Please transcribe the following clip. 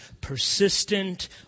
persistent